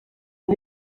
ubu